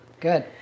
Good